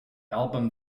album